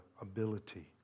ability